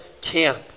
camp